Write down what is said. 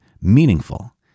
meaningful